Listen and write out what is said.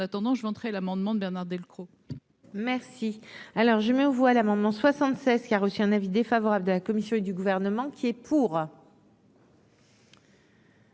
en attendant je vais entrer l'amendement de Bernard Delcros. Merci, alors je mets aux voix l'amendement 76 qui a reçu un avis défavorable de la commission et du gouvernement qui est pour.